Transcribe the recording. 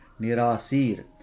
Nirasir